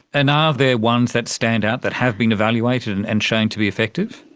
and are there ones that stand out that have been evaluated and and shown to be effective?